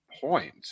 point